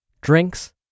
drinks